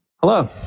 hello